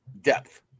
depth